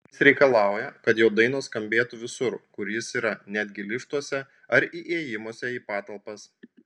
jis reikalauja kad jo dainos skambėtų visur kur jis yra netgi liftuose ar įėjimuose į patalpas